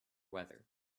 weather